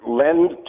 lend